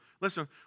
listen